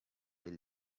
del